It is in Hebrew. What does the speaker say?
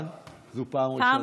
זו פעם ראשונה.